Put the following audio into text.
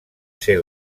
ser